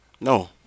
No